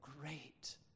great